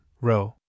row